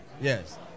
Yes